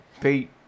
Pete